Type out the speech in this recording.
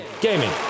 gaming